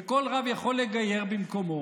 וכל רב יכול לגייר במקומו,